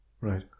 Right